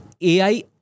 AI